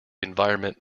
environment